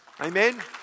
Amen